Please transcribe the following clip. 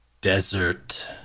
Desert